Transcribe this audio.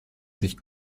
sich